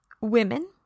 women